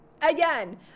again